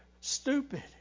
stupid